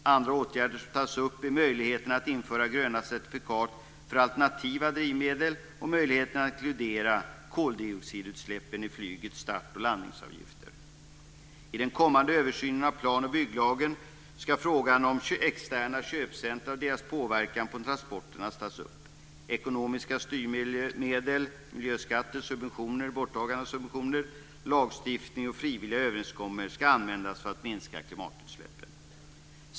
Andra åtgärder som tas upp är möjligheterna att införa gröna certifikat för alternativa drivmedel och möjligheterna att inkludera avgifter för koldioxidutsläppen i flygets start och landningsavgifter. I den kommande översynen av plan och bygglagen ska frågan om externa köpcentrum och deras påverkan på transporterna tas upp. Ekonomiska styrmedel, miljöskatter, subventioner och borttagande av subventioner, lagstiftning och frivilliga överenskommelser ska användas för att minska klimatutsläppen.